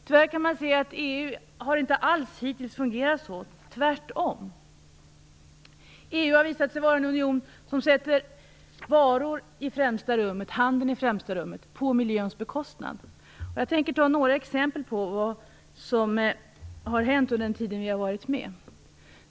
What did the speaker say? Tyvärr kan man se att EU hittills inte alls har fungerat så - tvärtom. EU har visat sig vara en union som sätter handeln med varor i främsta rummet, på miljöns bekostnad. Jag tänker ta några exempel på vad som har hänt under den tid vi har varit med.